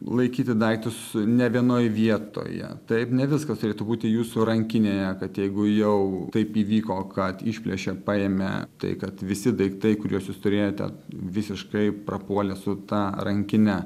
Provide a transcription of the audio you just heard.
laikyti daiktus ne vienoj vietoje taip ne viskas turėtų būti jūsų rankinėje kad jeigu jau taip įvyko kad išplėšė paėmė tai kad visi daiktai kuriuos jūs turėjote visiškai prapuolė su ta rankine